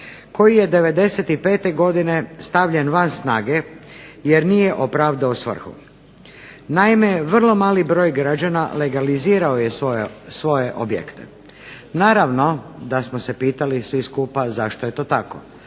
koji je 95. godine stavljen van snage jer nije opravdao svrhu. Naime, vrlo mali broj građana legalizirao je svoje objekte. Naravno da smo se pitali svi skupa zašto je to tako.